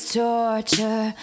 torture